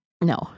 No